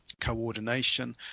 coordination